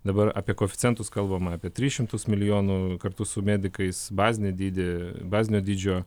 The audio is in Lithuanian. dabar apie koeficientus kalbama apie tris šimtus milijonų kartu su medikais bazinį dydį bazinio dydžio